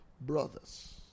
brothers